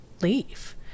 leave